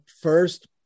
first